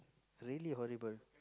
really horrible